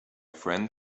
friend